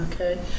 okay